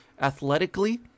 athletically